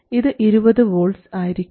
ഇത് 20 വോൾട്ട്സ് ആയിരിക്കും